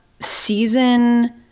season